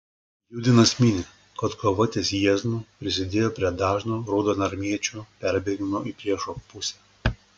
judinas mini kad kova ties jieznu prisidėjo prie dažno raudonarmiečių perbėgimo į priešo pusę